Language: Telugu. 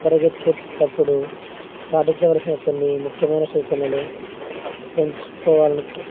పరిగెత్తేటప్పుడు పాటించవలసిన కొన్ని ముఖ్యమైన సూచనలు పంచుకోవాలను